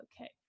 okay